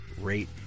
rate